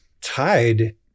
tied